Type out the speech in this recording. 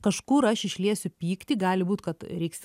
kažkur aš išliesiu pyktį gali būt kad reiks